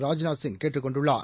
ராஜ்நாத் சிங் கேட்டுக் கொண்டுள்ளார்